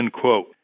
quote